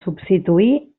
substituir